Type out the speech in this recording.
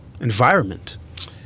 environment